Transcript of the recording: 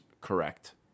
correct